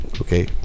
Okay